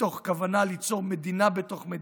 מתוך כוונה ליצור מדינה בתוך מדינה,